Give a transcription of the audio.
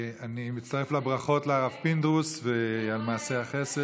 אני מצטרף לברכות לרב פינדרוס, ועל מעשי החסד.